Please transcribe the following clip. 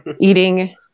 eating